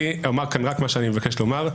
אני אומר כאן רק מה שאני מבקש לומר.